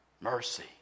mercy